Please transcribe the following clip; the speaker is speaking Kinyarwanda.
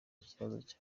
ikibazo